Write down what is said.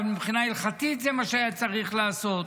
אבל מבחינה הלכתית זה מה שהיה צריך לעשות.